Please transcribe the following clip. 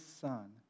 son